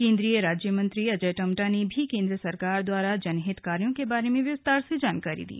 केन्द्रीय राज्य मंत्री अजय टम्टा ने भी केन्द्र सरकार द्वारा जनहित कार्यों के बारे में विस्तार से जानकारी दी